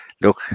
look